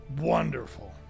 Wonderful